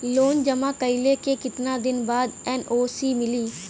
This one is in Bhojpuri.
लोन जमा कइले के कितना दिन बाद एन.ओ.सी मिली?